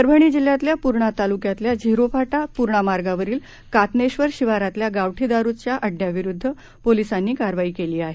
परभणी जिल्ह्यातल्या पूर्णा तालुक्यातील झिरो फाटा पूर्णा मार्गावरील कात्नेश्वर शिवारातल्या गावठी दारुचा अड्ड्याविरुद्ध पोलिसांनी कारवाई केली आहे